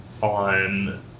on